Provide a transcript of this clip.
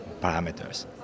parameters